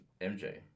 MJ